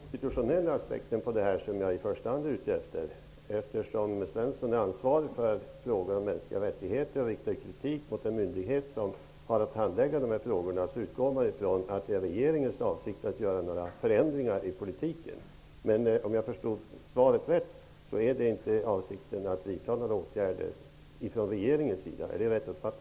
Fru talman! Nu är det i och för sig den konstitutionella aspekten som jag i första hand är ute efter. Eftersom Alf Svensson är ansvarig för frågor om mänskliga rättigheter och riktar kritik mot de myndigheter som har att handlägga dessa frågor, utgår man ifrån att det är regeringens avsikt att göra förändringar i politiken. Men om jag förstod svaret här rätt, är det inte regeringens avsikt att vidta några åtgärder. Är det rätt uppfattat?